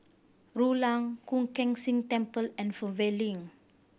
Rulang Koon Keng Sing Temple and Fernvale Link